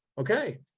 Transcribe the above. okay.